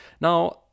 now